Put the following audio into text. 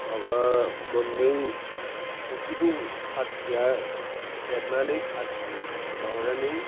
माबा मोननै खफ्रिखौ खाथिया हेबनानै खाथि माबानानै